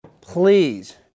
please